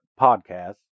podcast